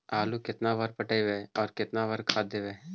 आलू केतना बार पटइबै और केतना बार खाद देबै?